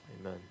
Amen